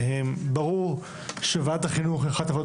וברור שוועדת החינוך היא אחת הוועדות